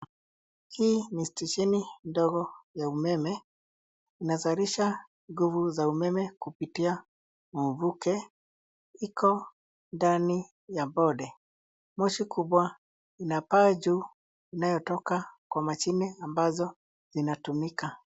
Hii ni stesheni ndogo ya umeme. Inazalisha nguvu za umeme kupitia mvuke. Iko ndani ya bonde. Moshi kubwa inapaa juu inayotoka kwa mashine ambazo zinatumika.